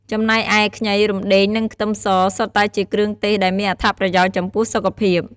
ចំណែកឯ ខ្ញី រំដេង និងខ្ទឹមស សុទ្ធតែជាគ្រឿងទេសដែលមានអត្ថប្រយោជន៍ចំពោះសុខភាព។